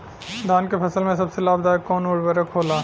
धान के फसल में सबसे लाभ दायक कवन उर्वरक होला?